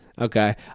Okay